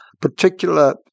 particular